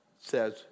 says